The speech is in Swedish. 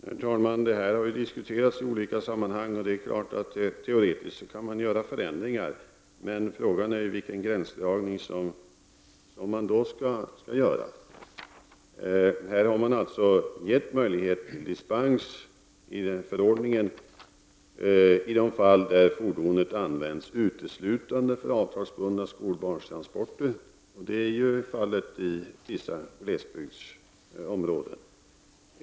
Herr talman! Denna fråga har diskuterats i olika sammanhang. Man kan naturligtvis teoretiskt göra förändringar. Frågan blir då vilken gränsdragning man skall göra. I förordningen har man gett möjlighet till dispens i de fall där fordonet används uteslutande för avtalsbundna skolbarnstransporter. Det blir aktuellt i vissa glesbygdsområden.